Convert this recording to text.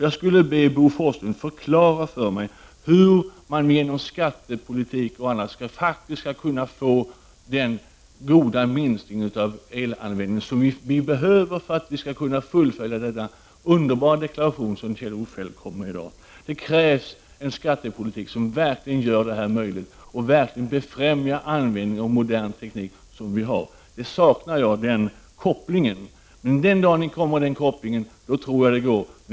Jag skulle vilja be Bo Forslund att förklara för mig hur man genom bl.a. skattepolitik kan få den ordentliga minskning av elanvändningen som vi behöver för att kunna fullfölja den underbara deklaration som Kjell-Olof Feldt kom med i dag. Det krävs således en skattepolitik som verkligen gör det här möjligt och som verkligen befrämjar användningen av modern teknik. Vad jag saknar är den kopplingen. Men den dag då ni ser till att den kopplingen finns tror jag på nämnda möjligheter.